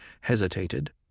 hesitated